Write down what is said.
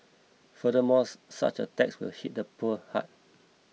furthermore such a tax will hit the poor hard